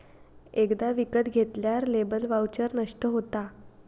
एकदा विकत घेतल्यार लेबर वाउचर नष्ट होता